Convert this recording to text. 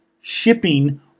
shipping